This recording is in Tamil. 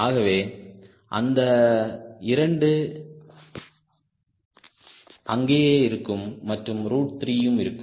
ஆகவே அந்த 2 அங்கையே இருக்கும் மற்றும் ரூட் 3 யும் இருக்கும்